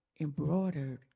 embroidered